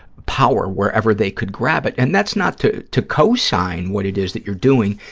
power wherever they could grab it? and that's not to to co-sign what it is that you're doing.